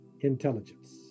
intelligence